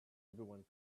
everyone